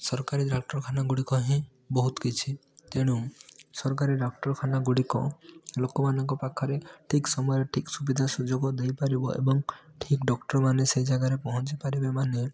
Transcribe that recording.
ସରକାରୀ ଡାକ୍ତରଖାନା ଗୁଡ଼ିକ ହିଁ ବହୁତ କିଛି ତେଣୁ ସରକାରୀ ଡାକ୍ତରଖାନା ଗୁଡ଼ିକ ଲୋକମାନଙ୍କ ପାଖରେ ଠିକ ସମୟ ଠିକ ସୁବିଧା ସୁଯୋଗ ଦେଇପାରିବ ଏବଂ ଠିକ ଡକ୍ଟରମାନେ ସେହି ଜାଗାରେ ପହଞ୍ଚିପାରିବେ ମାନେ